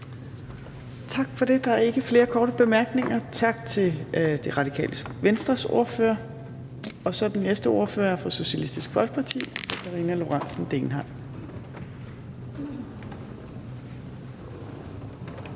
Tak for det. Der er ikke flere korte bemærkninger. Tak til Det Radikale Venstres ordfører. Så er den næste ordfører fra Socialistisk Folkeparti, fru Karina Lorentzen Dehnhardt.